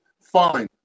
fine